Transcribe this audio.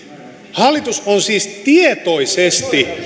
hallitus on siis tietoisesti